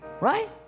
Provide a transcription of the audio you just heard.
Right